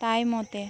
ᱛᱟᱭᱢᱚᱛᱮ